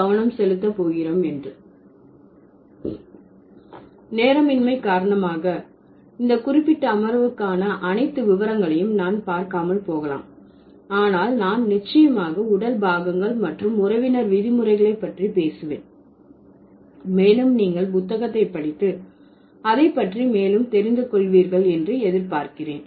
கவனம் செலுத்த போகிறோம் என்று நேரமின்மை காரணமாக இந்த குறிப்பிட்ட அமர்வுக்கான அனைத்து விவரங்களையும் நான் பார்க்காமல் போகலாம் ஆனால் நான் நிச்சயமாக உடல் பாகங்கள் மற்றும் உறவினர் விதிமுறைகளை பற்றி பேசுவேன் மேலும் நீங்கள் புத்தகத்தை படித்து அதை பற்றி மேலும் தெரிந்து கொள்வீர்கள் என்று எதிர்பார்க்கிறேன்